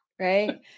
right